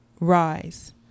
rise